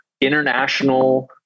international